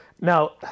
Now